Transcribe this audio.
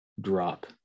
drop